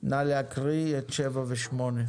נא להקריא את 7 ו-8.